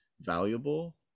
valuable